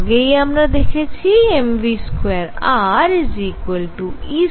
আগেই আমরা দেখেছি mv2re24π0